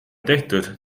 tehtud